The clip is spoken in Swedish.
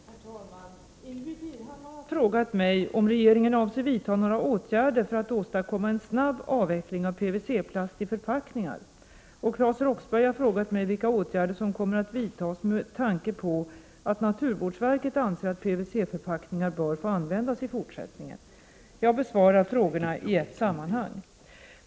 Herr talman! Ingbritt Irhammar har frågat mig om regeringen avser vidta några åtgärder för att åstadkomma en snabb avveckling av PVC-plast i förpackningar. Claes Roxbergh har frågat mig vilka åtgärder som kommer att vidtas med tanke på att naturvårdsverket anser att PVC-förpackningar bör få användas i fortsättningen. Jag besvarar frågorna i ett sammanhang.